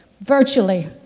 Virtually